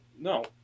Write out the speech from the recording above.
No